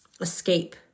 escape